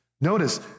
Notice